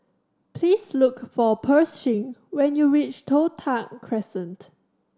please look for Pershing when you reach Toh Tuck Crescent